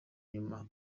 inyuma